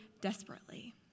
desperately